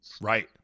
Right